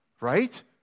right